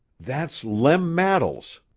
that's lem mattles,